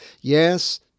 Yes